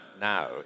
Now